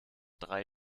drei